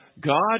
God